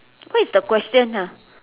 what is the question ah